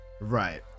Right